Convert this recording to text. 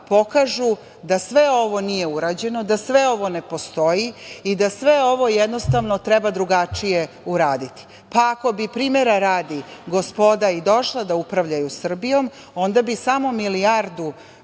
pokažu da sve ovo nije urađeno, da sve ovo ne postoji i da sve ovo treba drugačije uraditi. Pa, ako bi, primera radi, gospoda i došla da upravljaju Srbijom, onda bi samo milijardu